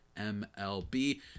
MLB